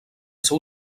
seu